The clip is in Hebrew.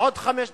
עוד חמש דקות.